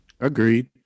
Agreed